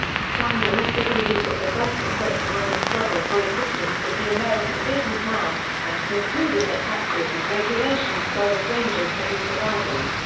sumner also believed that the best equipped to win the struggle for existence was the american businessman, and concluded that taxes and regulations serve as dangers to his survival.